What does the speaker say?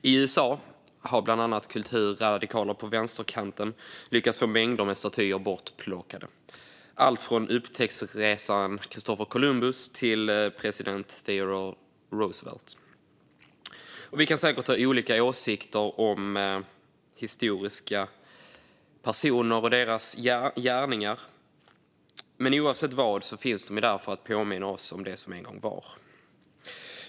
I USA har bland andra kulturradikaler på vänsterkanten lyckats få mängder av statyer bortplockade - allt från upptäcktsresanden Christofer Columbus till president Theodore Roosevelt. Vi kan säkert ha olika åsikter om historiska personer och deras gärningar, men oavsett finns de där för att påminna oss om det som en gång var.